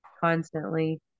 constantly